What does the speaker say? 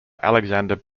alexander